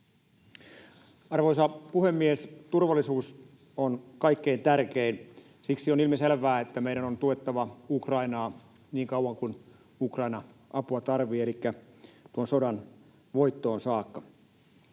Arvoisa puhemies! Turvallisuus on kaikkein tärkein. Siksi on ilmiselvää, että meidän on tuettava Ukrainaa niin kauan kuin Ukraina apua tarvitsee, elikkä tuon sodan voittoon saakka.